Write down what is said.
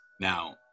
Now